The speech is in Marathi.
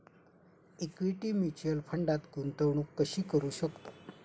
इक्विटी म्युच्युअल फंडात गुंतवणूक कशी करू शकतो?